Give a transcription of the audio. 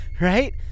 right